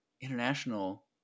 international